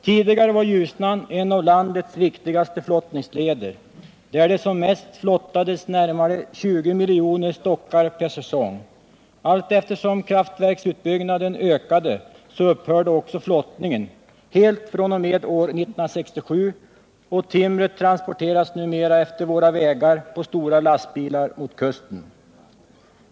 Tidigare var Ljusnan en av landets viktigaste flottningsleder, där det som mest flottades närmare 20 miljoner stockar per säsong. Allteftersom kraftverksutbyggnaden ökade upphörde också flottningen — helt fr.o.m. år 1967 — och timret transporteras numera efter våra vägar på stora lastbilar mot kusten.